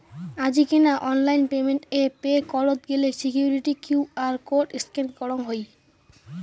আজিকেনা online payment এ pay করত গেলে সিকুইরিটি কিউ.আর কোড স্ক্যান করঙ হই